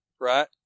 Right